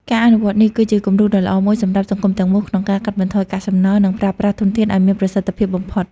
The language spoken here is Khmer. ការអនុវត្តន៍នេះគឺជាគំរូដ៏ល្អមួយសម្រាប់សង្គមទាំងមូលក្នុងការកាត់បន្ថយកាកសំណល់ និងប្រើប្រាស់ធនធានឲ្យមានប្រសិទ្ធភាពបំផុត។